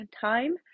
time